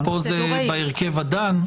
פה זה בהרכב הדן.